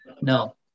no